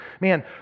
man